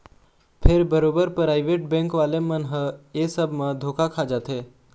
फेर बरोबर private bank वाले मन ह ऐ सब म धोखा खा जाथे